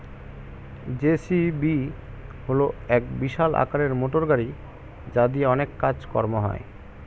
JCB হল এক বিশাল আকারের মোটরগাড়ি যা দিয়ে অনেক কাজ কর্ম হয়